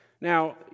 Now